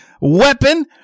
weapon